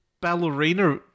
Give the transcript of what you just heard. ballerina